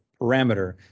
parameter